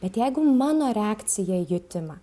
bet jeigu mano reakcija į jutimą